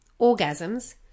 orgasms